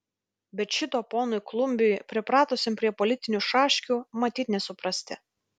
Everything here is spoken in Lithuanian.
bet šito ponui klumbiui pripratusiam prie politinių šaškių matyt nesuprasti